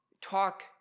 talk